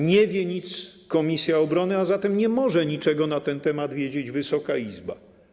Nie wie nic komisja obrony, a zatem nie może niczego na ten temat wiedzieć Wysoka Izba.